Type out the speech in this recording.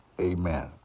Amen